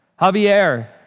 Javier